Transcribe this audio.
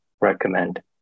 recommend